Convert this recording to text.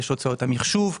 יש הוצאות המחשוב,